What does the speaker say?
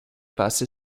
passer